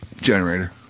Generator